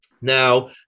Now